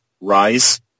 rise